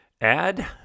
Add